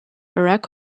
barack